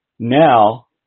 Now